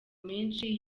menshi